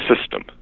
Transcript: system